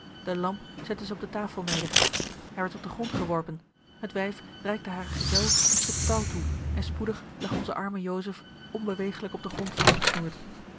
de lamp zette zij op de tafel neder hij werd op den grond geworpen het wijf reikte haren gezel een stuk touw toe en spoedig lag onze arme joseph onbewegelijk op den grond vastgesnoerd